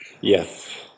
Yes